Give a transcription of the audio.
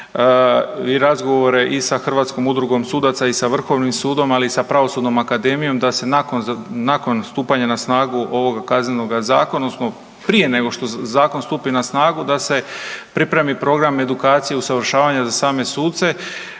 i razgovore i sa Hrvatskom udrugom sudaca i sa Vrhovnim sudom, ali i sa Pravosudnom akademijom da se nakon stupanja na snagu ovoga Kaznenoga zakona, odnosno prije nego što zakon stupi na snagu da se pripremi program edukacije usavršavanja za same suce